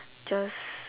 just